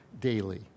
Daily